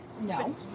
no